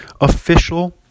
Official